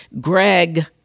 Greg